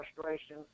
frustration